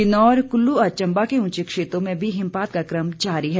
किन्नौर कुल्लू और चंबा के उंचे क्षेत्रों में भी हिमपात का कम जारी है